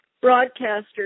broadcaster